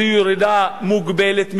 זאת ירידה מוגבלת מאוד,